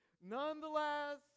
Nonetheless